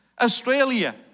Australia